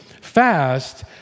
fast